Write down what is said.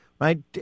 right